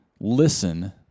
listen